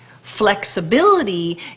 Flexibility